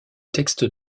texte